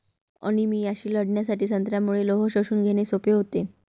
अनिमियाशी लढण्यासाठी संत्र्यामुळे लोह शोषून घेणे सोपे होते